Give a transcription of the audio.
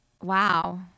wow